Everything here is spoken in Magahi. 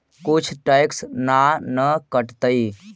कुछ टैक्स ना न कटतइ?